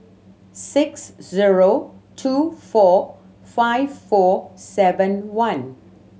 six zero two four five four seven one